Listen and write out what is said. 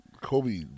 kobe